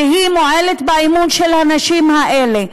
והיא מועלת באמון של הנשים האלה,